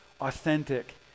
authentic